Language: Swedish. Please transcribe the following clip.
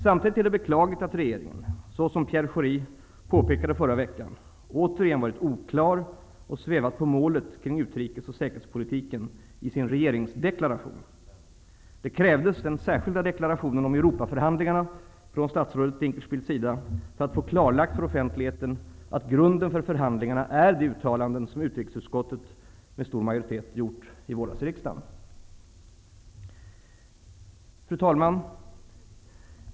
Samtidigt är det beklagligt att regeringen, såsom Pierre Schori påpekade i förra veckan, återigen har varit oklar och svävat på målet kring utrikes och säkerhetspolitiken i sin regeringsdeklaration. Det krävdes den särskilda deklarationen om Europaförhandlingarna från statsrådet Dinkelspiel för att få klarlagt för offentligheten att grunden för förhandlingarna är de uttalanden som utrikesutskottet med stor majoritet gjorde i våras i riksdagen. Fru talman!